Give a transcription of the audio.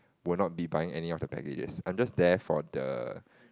will not be buying any of the packages I am just there for the